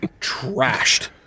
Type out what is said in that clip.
trashed